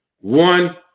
One